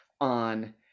on